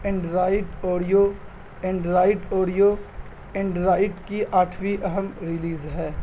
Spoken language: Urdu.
Android Oreo Android Oreo Android کی آٹھویں اہم ریلیز ہے